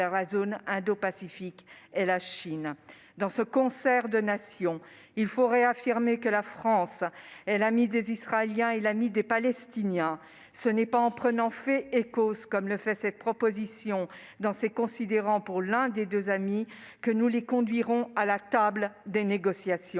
la zone indo-pacifique et la Chine. Dans ce concert de nations, il faut réaffirmer que la France est l'amie des Israéliens et l'amie des Palestiniens. Ce n'est pas en prenant fait et cause, comme le fait cette proposition de résolution dans ses considérants, pour l'un des deux amis que nous les conduirons à la table des négociations.